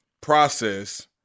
process